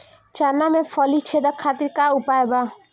चना में फली छेदक खातिर का उपाय बा?